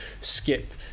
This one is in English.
skip